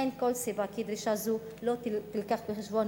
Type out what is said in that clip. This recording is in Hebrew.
אין כל סיבה שדרישה זו לא תובא בחשבון,